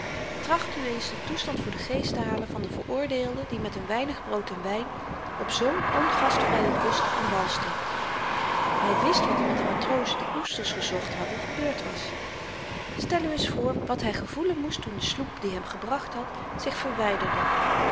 tracht u eens den toestand voor den geest te halen van den veroordeelde die met n weinig brood en wyn op zoo'n ongastvrye kust aan wal stapt hy wist wat er met de matrozen die oesters gezocht hadden gebeurd was stel u eens voor wat hy gevoelen moest toen de sloep die hem gebracht had zich